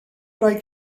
rai